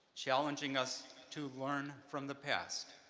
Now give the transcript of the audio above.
challenging us to learn from the past